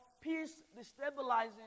peace-destabilizing